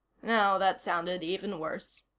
no, that sounded even worse.